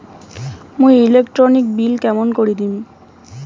মুই electric bill কেমন করি দিম?